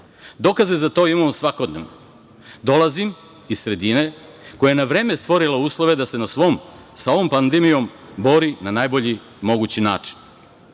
Dokaze za to imamo svakodnevno. Dolazim iz sredine koja je na vreme stvorila uslove da se sa ovom pandemijom bori na najbolji mogući način.